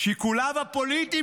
"אלא את שיקוליו הפוליטיים"